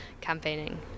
campaigning